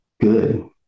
good